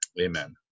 amen